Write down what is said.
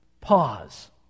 Pause